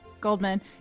Goldman